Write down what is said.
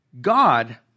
God